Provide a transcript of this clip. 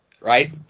Right